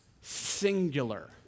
singular